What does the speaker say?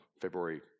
February